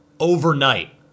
overnight